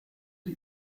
die